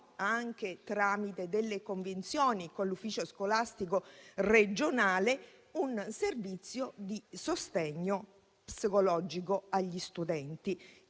anche tramite delle convenzioni con l'ufficio scolastico regionale, un servizio di sostegno psicologico agli studenti,